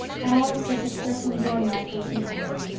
anne, this is certainly your night for looking handsome.